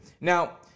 Now